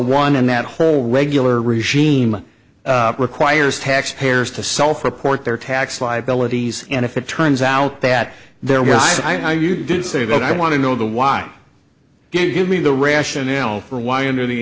one and that whole regular regime requires taxpayers to self report their tax liabilities and if it turns out that there was i you do sort of i want to know the why give me the rationale for why under the